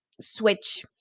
switch